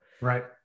Right